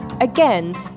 again